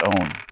own